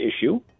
issue